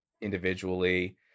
individually